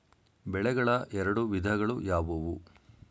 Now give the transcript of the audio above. ಬೆಳೆಗಳ ಎರಡು ವಿಧಗಳು ಯಾವುವು?